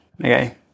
okay